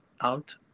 out